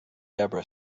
debra